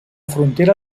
frontera